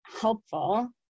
helpful